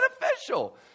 beneficial